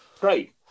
Great